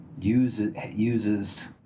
uses